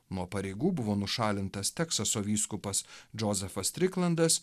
nuo pareigų buvo nušalintas teksaso vyskupas džozefas triklandas